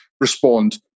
respond